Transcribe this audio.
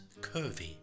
curvy